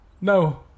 No